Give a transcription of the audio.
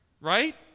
Right